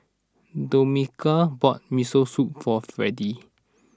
Domenica bought Miso Soup for Fredy